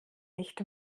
nicht